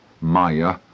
maya